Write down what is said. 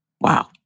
Wow